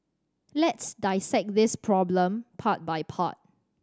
let's dissect this problem part by part